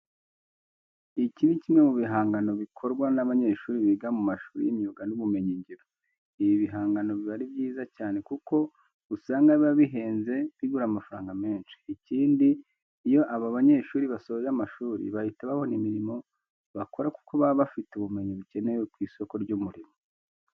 Iki ni kimwe mu bihangano bikorwa n'abanyeshuri biga mu mashuri y'imyuga n'ubumenyingiro. Ibi bigangano biba ari byiza cyane kuko usanga biba bihenze bigura amafaranga menshi. Ikindi iyo aba banyeshuri basoje amashuri bahita babona imirimo bakora kuko baba bafite ubumenyi bukenewe ku isoko ry'umurimo.